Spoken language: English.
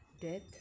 Death